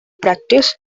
practice